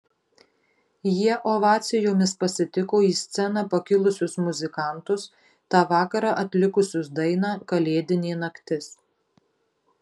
jie ovacijomis pasitiko į sceną pakilusius muzikantus tą vakarą atlikusius dainą kalėdinė naktis